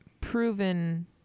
proven